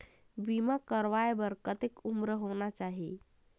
बीमा करवाय बार कतेक उम्र होना चाही?